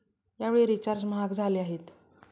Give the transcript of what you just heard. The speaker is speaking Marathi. यावेळी रिचार्ज महाग झाले आहेत